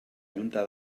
junta